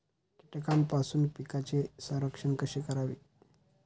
कीटकांपासून पिकांचे संरक्षण कसे करावे?